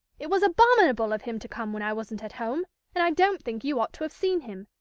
it was abominable of him to come when i wasn't at home and i don't think you ought to have seen him.